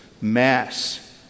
mass